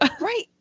Right